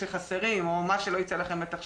לפעמים אין תשובות אז זה לא נושא לדיון.